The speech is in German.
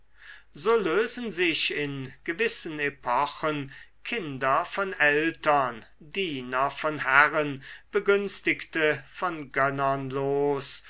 so lösen sich in gewissen epochen kinder von eltern diener von herren begünstigte von gönnern los